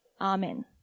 Amen